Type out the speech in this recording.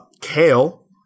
Kale